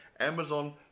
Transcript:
Amazon